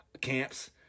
camps